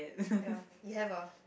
ya you have a